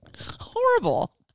Horrible